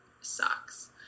sucks